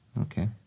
Okay